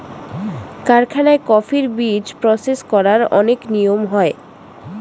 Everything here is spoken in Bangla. কারখানায় কফির বীজ প্রসেস করার অনেক নিয়ম হয়